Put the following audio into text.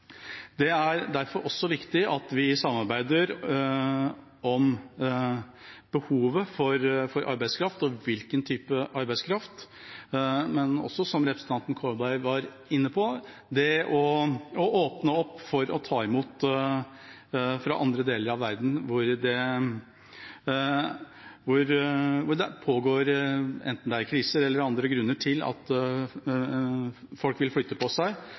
Det er derfor også viktig at vi samarbeider om behovet for arbeidskraft og type arbeidskraft, men også – som representanten Kolberg var inne på – om det å åpne for å ta imot folk fra andre deler av verden hvor det pågår kriser eller er andre grunner til at folk vil flytte på seg.